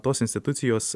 tos institucijos